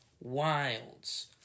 wilds